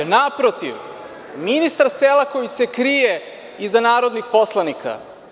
Naprotiv, ministar Selaković se krije iza narodnih poslanika.